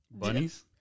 bunnies